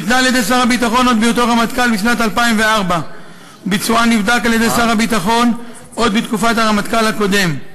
היא ניתנה על-ידי שר הביטחון עוד בהיותו רמטכ"ל בשנת 2004. ביצועה נבדק על-ידי שר הביטחון עוד בתקופת הרמטכ"ל הקודם.